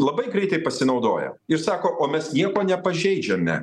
labai greitai pasinaudoja ir sako o mes nieko nepažeidžiame